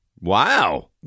Wow